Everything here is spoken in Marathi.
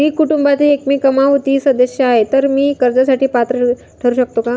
मी कुटुंबातील एकमेव कमावती सदस्य आहे, तर मी कर्जासाठी पात्र ठरु शकतो का?